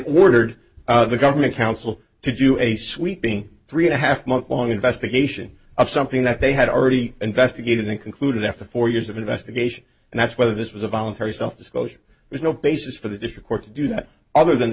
ordered the governing council to do a sweeping three and a half month long investigation of something that they had already investigated and concluded after four years of investigation and that's whether this was a voluntary self disclosure there's no basis for the district court to do that other than the